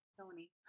Tony